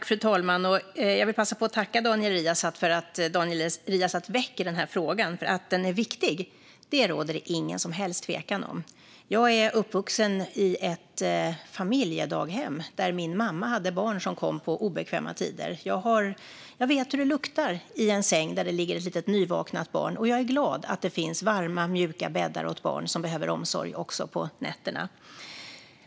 Fru talman! Jag vill passa på att tacka Daniel Riazat för att Daniel Riazat väcker denna fråga. Den är viktig; det råder det ingen som helst tvekan om. Jag är uppvuxen i ett familjedaghem, där min mamma hade barn som kom på obekväma tider. Jag vet hur det luktar i en säng där det ligger ett litet nyvaket barn, och jag är glad att det finns varma, mjuka bäddar åt barn som behöver omsorg också på nätterna.